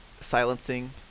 silencing